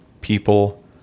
people